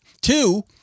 Two